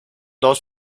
dos